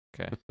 okay